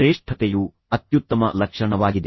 ಶ್ರೇಷ್ಠತೆಯು ಅತ್ಯುತ್ತಮ ಲಕ್ಷಣವಾಗಿದೆ